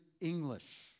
English